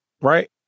right